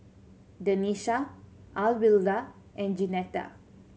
Denisha Alwilda and Jeanetta